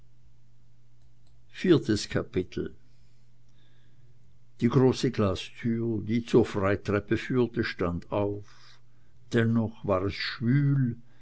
viertes kapitel die große glastür die zur freitreppe führte stand auf dennoch war es schwül